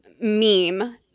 meme